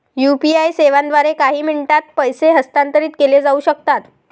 UPI सेवांद्वारे काही मिनिटांत पैसे हस्तांतरित केले जाऊ शकतात